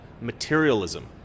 materialism